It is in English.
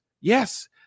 yes